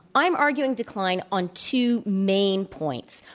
i'm arguing decline on two main points.